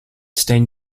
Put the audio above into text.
stan